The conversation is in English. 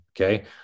Okay